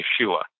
yeshua